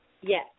yes